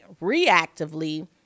reactively